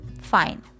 fine